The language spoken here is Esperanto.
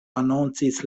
anoncis